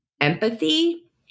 empathy